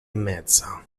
mezza